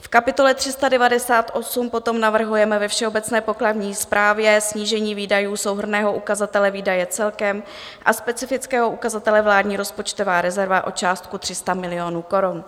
V kapitole 398 potom navrhujeme ve všeobecné pokladní správě snížení výdajů souhrnného ukazatele výdaje celkem a specifického ukazatele vládní rozpočtová rezerva o částku 300 milionů korun.